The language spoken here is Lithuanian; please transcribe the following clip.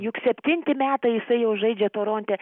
juk septinti metai jisai jau žaidžia toronte